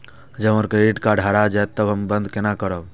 जब हमर credit card हरा जयते तब बंद केना करब?